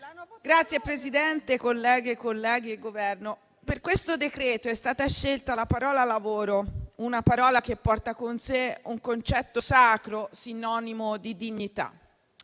Signor Presidente, colleghe e colleghi, rappresentante del Governo, per questo decreto-legge è stata scelta la parola lavoro, una parola che porta con sé un concetto sacro, sinonimo di dignità.